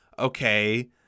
Okay